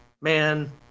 man